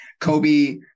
Kobe